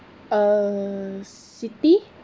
uh city